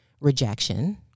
rejection